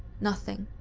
nothing.